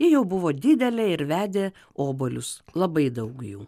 ji jau buvo didelė ir vedė obuolius labai daug jų